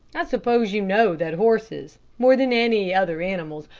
i suppose you know that horses, more than any other animals,